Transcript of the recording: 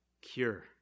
cure